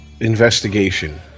investigation